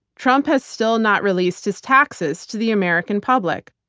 trump has still not released his taxes to the american public.